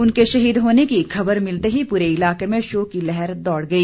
उनके शहीद होने की खबर मिलते ही पूरे इलाके में शोक की लहर दौड़ गई